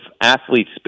athletes